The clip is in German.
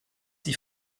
vom